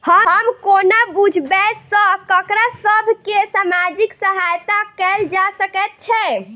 हम कोना बुझबै सँ ककरा सभ केँ सामाजिक सहायता कैल जा सकैत छै?